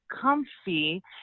comfy